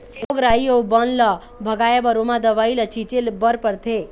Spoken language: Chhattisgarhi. रोग राई अउ बन ल भगाए बर ओमा दवई ल छिंचे बर परथे